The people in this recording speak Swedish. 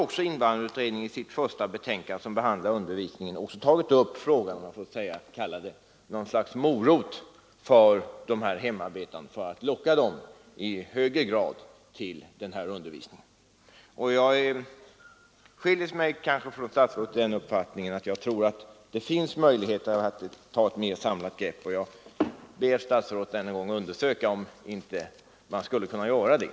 Invandrarutredningen har i sitt första betänkande, som behandlar undervisningen, också tagit upp frågan om något slags ”morot” för att i högre grad locka de hemarbetande till den här undervisningen. Min uppfattning skiljer sig kanske från statsrådets i det att jag tror att det finns möjligheter att ta ett mer samlat grepp. Jag ber statsrådet än en gång att undersöka om man inte skulle kunna göra det.